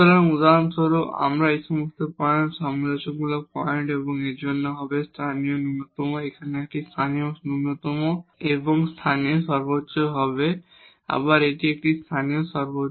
সুতরাং উদাহরণস্বরূপ এই সমস্ত পয়েন্ট ক্রিটিকাল পয়েন্ট এবং এর জন্য হবে লোকাল ম্যাক্সিমা এবং লোকাল মিনিমা হবে